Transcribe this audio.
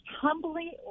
humbly